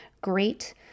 Great